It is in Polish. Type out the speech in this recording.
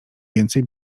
więcej